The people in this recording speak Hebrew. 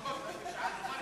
פחות מחצי שעה.